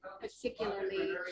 particularly